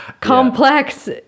complex